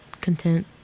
content